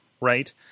right